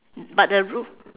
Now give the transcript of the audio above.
but the roof